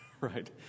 right